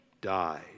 died